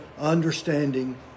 understanding